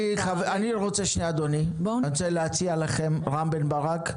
רם בן ברק,